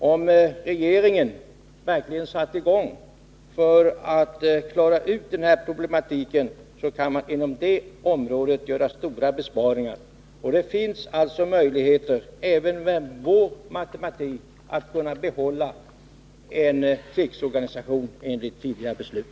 Om regeringen verkligen satte i gång med att klara ut den här problematiken skulle man inom detta område kunna göra stora besparingar. Det finns alltså, även med vår matematik, möjligheter att bibehålla en krigsorganisation enligt tidigare beslut.